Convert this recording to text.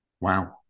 Wow